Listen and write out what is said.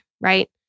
right